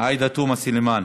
עאידה תומא סלימאן,